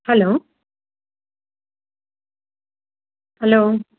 hello hello